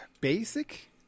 basic